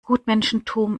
gutmenschentum